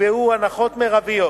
נקבעו הנחות מרביות